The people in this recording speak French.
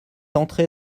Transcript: entrée